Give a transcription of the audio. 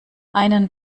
einen